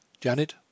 Janet